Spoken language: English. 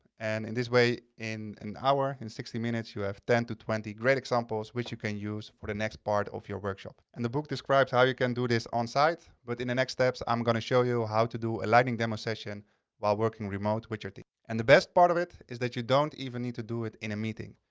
and in this way in an hour, in sixty minutes you have ten to twenty great examples which you can use for the next part of your workshop. and the book describes how you can do this on site but in the next steps i'm gonna show you how to do a lightning demo session while working remote with your team. and the best part of it is that you don't even need to do it in a meeting.